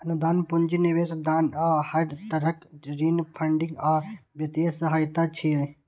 अनुदान, पूंजी निवेश, दान आ हर तरहक ऋण फंडिंग या वित्तीय सहायता छियै